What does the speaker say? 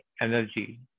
energy